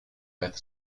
fifth